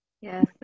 Yes